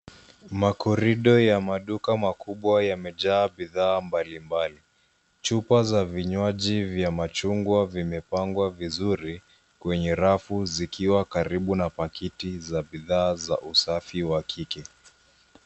Makorido ya maduka makubwa yamejaa bidhaa mbalimbali. Chupa za vinywaji vya machungwa vimepangwa vizuri kwenye rafu zikiwa karibu na pakiti za bidhaa za usafi wa kike.